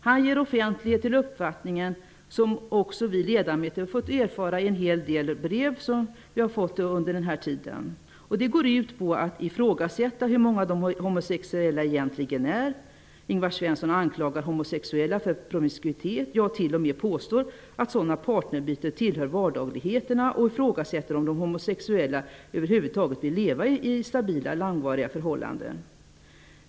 Han ger offentlighet till den uppfattning som också vi ledamöter har fått erfara i en hel del brev som vi har fått under denna tid. Man ifrågasätter hur många de homosexuella egentligen är. Ingvar Svensson anklagar de homosexuella för promiskuitet och påstår t.o.m. att sådana partnerbyten tillhör vardagligheterna. Han ifrågasätter om de homosexuella över huvud taget vill leva i stabila långvariga förhållanden.